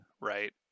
right